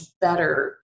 better